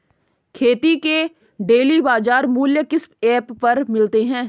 खेती के डेली बाज़ार मूल्य किस ऐप पर मिलते हैं?